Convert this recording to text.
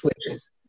switches